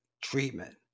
treatment